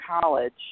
college